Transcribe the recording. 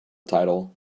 title